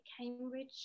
Cambridge